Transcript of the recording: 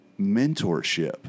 mentorship